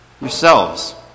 yourselves